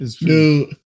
dude